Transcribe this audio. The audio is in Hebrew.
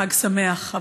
חג שמח,